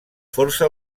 força